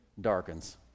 darkens